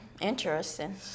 Interesting